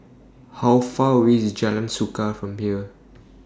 How Far away IS Jalan Suka from here